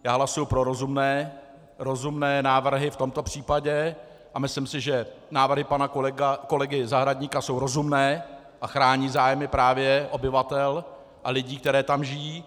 Já hlasuji pro rozumné návrhy v tomto případě a myslím, si, že návrhy pana kolegy Zahradníka jsou rozumné a chrání zájmy právě obyvatel a lidí, kteří tam žijí.